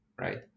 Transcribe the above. Right